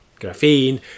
graphene